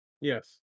Yes